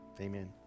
Amen